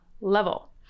level